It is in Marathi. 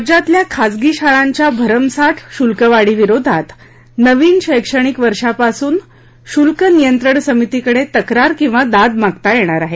राज्यातल्या खासगी शाळांच्या भरमसाठ शुल्क वाढी विरोधात नवीन शैक्षणिक वर्षांपासून शुल्क नियंत्रण समितीकडे तक्रार किंवा दाद मागता येणार आहे